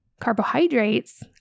Carbohydrates